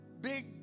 big